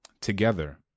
together